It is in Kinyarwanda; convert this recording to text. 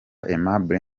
aimable